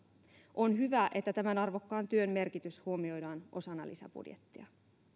on hyvä että tämän arvokkaan työn merkitys huomioidaan osana lisäbudjettia